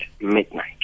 midnight